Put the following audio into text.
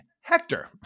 Hector